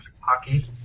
hockey